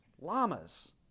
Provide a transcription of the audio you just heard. Llamas